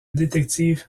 détective